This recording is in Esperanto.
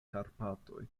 karpatoj